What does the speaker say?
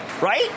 right